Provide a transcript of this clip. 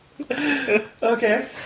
Okay